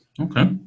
Okay